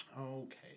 Okay